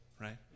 right